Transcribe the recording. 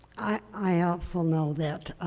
i also know that